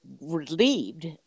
relieved